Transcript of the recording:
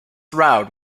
route